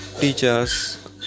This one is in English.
teachers